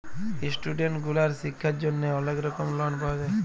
student গুলার শিক্ষার জন্হে অলেক রকম লন পাওয়া যায়